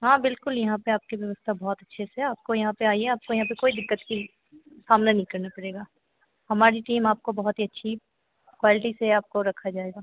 हाँ बिल्कुल यहाँ पर आपकी व्यवस्था बहुत अच्छे से आपको यहाँ पर आइए आपको यहाँ पर कोई दिक्कत की सामना नहीं करना पड़ेगा हमारी टीम आपको बहुत ही अच्छी क्वालटी से आपको रखा जाएगा